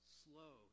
slow